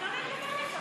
תנו לי לדבר איתו.